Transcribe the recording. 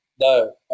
no